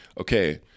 okay